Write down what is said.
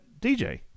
DJ